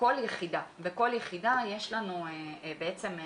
בכל יחידה יש לנו רפרנט.